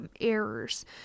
errors